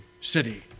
city